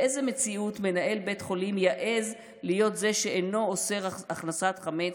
באיזו מציאות מנהל בית חולים יעז להיות זה שאינו אוסר הכנסת חמץ?